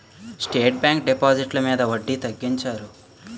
state Bank డిపాజిట్లు మీద వడ్డీ తగ్గించారు